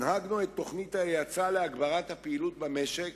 הנהגנו את תוכנית ההאצה להגברת הפעילות במשק